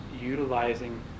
Utilizing